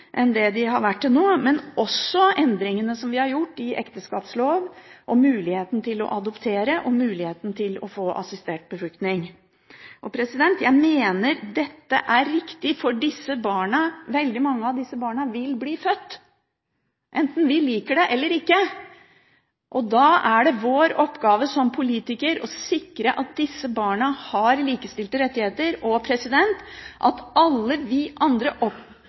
enn det de har vært til nå – men også om de endringene vi har gjort i ekteskapsloven, muligheten til å adoptere og muligheten til å få assistert befruktning. Jeg mener dette er riktig, for veldig mange av disse barna vil bli født enten vi liker det eller ikke. Da er det vår oppgave som politikere å sikre at disse barna har likestilte rettigheter, at alle vi andre